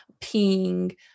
peeing